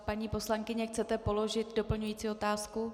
Paní poslankyně, chcete položit doplňující otázku?